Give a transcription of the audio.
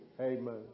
Amen